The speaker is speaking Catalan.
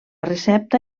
recepta